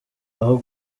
aho